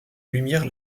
lumière